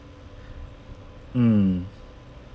mm